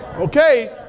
Okay